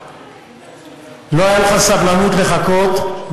לא הייתה לך סבלנות לחכות,